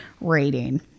rating